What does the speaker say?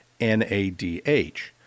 NADH